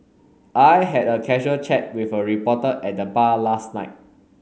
I had a casual chat with a reporter at the bar last night